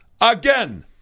again